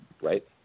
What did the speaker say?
right